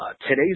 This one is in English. Today's